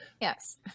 Yes